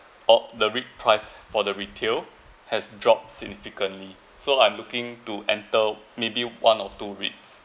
oh the REIT price for the retail has dropped significantly so I'm looking to enter maybe one or two REITs